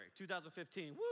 2015